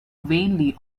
vainly